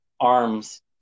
arms